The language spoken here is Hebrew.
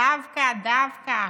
דווקא, דווקא.